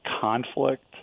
conflict